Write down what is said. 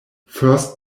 first